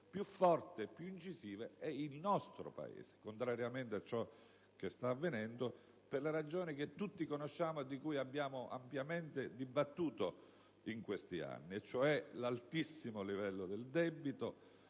più forti e incisive è il nostro, contrariamente a ciò che sta avvenendo per le ragioni che tutti conosciamo e di cui abbiamo ampiamente dibattuto in questi anni. Mi riferisco all'altissimo livello del debito,